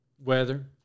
weather